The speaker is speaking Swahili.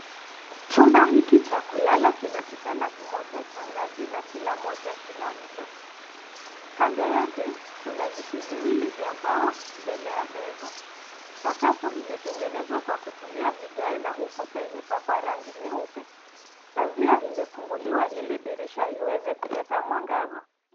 Chumba hiki cha kulala kina kitanda kimoja cha ngazi na kila moja kina mto . Kando yake, kuna viti viwili vya mbao mbele ya meza . Sakafu imetengenezwa kwa kutumia vigae na ukuta imepakwa rangi nyeupe. Pazia imefunguliwa ili dirisha iweze kuleta mwangaza.